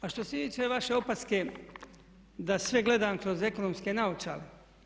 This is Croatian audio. A što se tiče vaše opaske da sve gledam kroz ekonomske naočale.